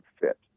fit